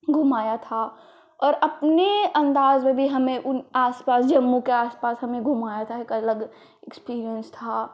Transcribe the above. घुमाया था और अपने अंदाज में भी हमें उन आस पास जम्मू के आस पास हमें घुमाया था एक अलग एक्सपीरियंस था